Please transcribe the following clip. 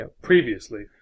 Previously